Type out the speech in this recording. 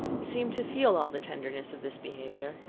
seemed to feel all the tenderness of this behaviour,